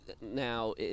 now